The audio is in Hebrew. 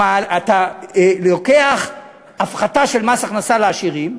אתה לוקח הפחתה של מס הכנסה לעשירים,